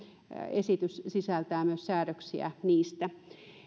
esitys sisältää myös säädöksiä niistä